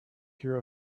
hear